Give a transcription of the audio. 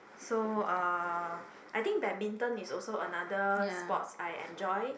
so uh I think badminton is also another sports I enjoy